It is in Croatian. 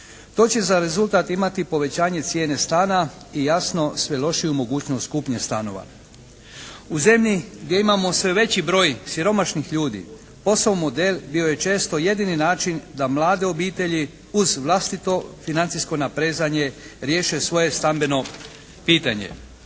To će za rezultat imati povećanje cijene stana i jasno sve lošiju mogućnost kupnje stanova. U zemlji gdje imamo sve veći broj siromašnih ljudi POS-ov model bi je često jedini način da mlade obitelji uz vlastito financijsko naprezanje riješe svoje stambeno pitanje.